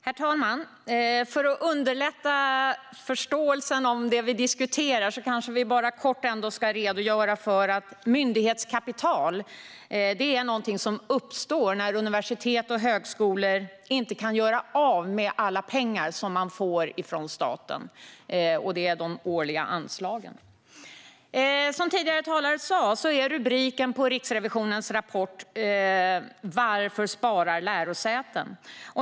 Herr talman! För att underlätta förståelsen av det vi diskuterar kanske vi kort ska redogöra för att myndighetskapital är något som uppstår när universitet och högskolor inte kan göra av med alla pengar som man får från staten, det vill säga de årliga anslagen. Som den tidigare talaren har sagt är rubriken på Riksrevisionens rapport Varför sparar lärosätena?